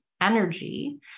energy